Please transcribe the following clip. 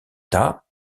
tas